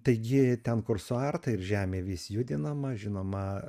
taigi ten kur suarta ir žemė vis judinama žinoma